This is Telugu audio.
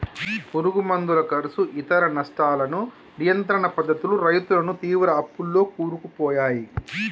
పురుగు మందుల కర్సు ఇతర నష్టాలను నియంత్రణ పద్ధతులు రైతులను తీవ్ర అప్పుల్లో కూరుకుపోయాయి